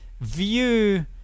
view